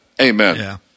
Amen